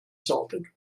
salted